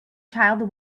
child